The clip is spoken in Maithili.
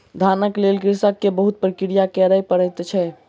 धानक लेल कृषक के बहुत प्रक्रिया करय पड़ै छै